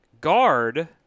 Guard